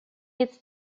its